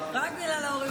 רק בגלל ההורים שלך,